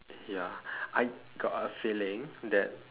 ya I got a feeling that